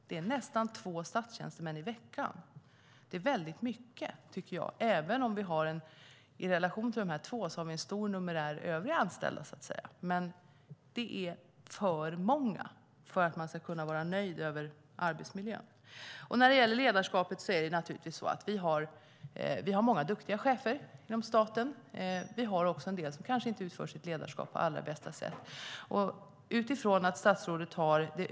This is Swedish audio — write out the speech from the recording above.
Det är nästan två statstjänstemän i veckan. Det är väldigt mycket, tycker jag, även om vi i relation till dessa två har en stor numerär övriga anställda. Det är dock för många för att man ska kunna vara nöjd över arbetsmiljön. När det gäller ledarskapet vill jag säga att vi naturligtvis har många duktiga chefer inom staten. Vi har också en del som kanske inte utför sitt ledarskap på allra bästa sätt.